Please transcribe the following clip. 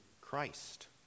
Christ